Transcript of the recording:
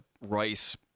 rice